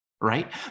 Right